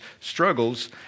struggles